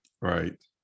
Right